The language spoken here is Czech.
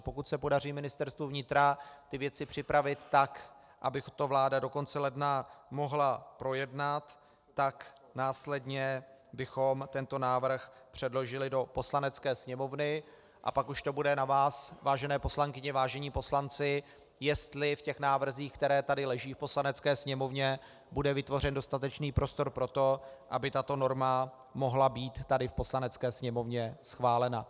Pokud se podaří Ministerstvu vnitra ty věci připravit tak, aby to vláda do konce ledna mohla projednat, tak následně bychom tento návrh předložili do Poslanecké sněmovny, a pak už to bude na vás, vážené poslankyně, vážení poslanci, jestli v těch návrzích, které tady leží v Poslanecké sněmovně, bude vytvořen dostatečný prostor pro to, aby tato norma mohla být v Poslanecké sněmovně schválena.